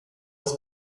des